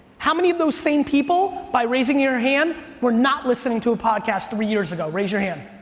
how many of those same people by raising your hand were not listening to a podcast three years ago? raise your hand.